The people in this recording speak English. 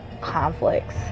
conflicts